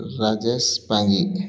Rajesh Pangi